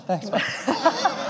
thanks